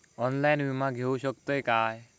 Online विमा घेऊ शकतय का?